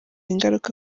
ingaruka